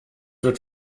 wird